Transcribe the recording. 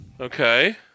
Okay